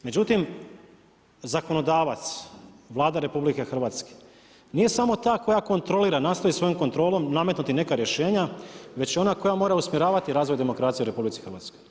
Međutim, zakonodavac, Vlada RH nije samo ta koja kontrolira, nastoji svojom kontrolom nametnuti neka rješenja, već ona koja mora usmjeravati razvoj demokracije u RH.